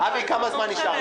אבי, כמה זמן נשאר לי?